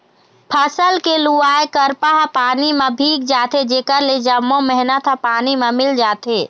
फसल के लुवाय करपा ह पानी म भींग जाथे जेखर ले जम्मो मेहनत ह पानी म मिल जाथे